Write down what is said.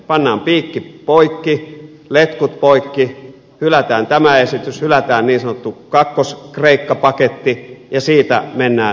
pannaan piikki poikki letkut poikki hylätään tämä esitys hylätään niin sanottu kakkos kreikka paketti ja siitä mennään hallittuun velkajärjestelyyn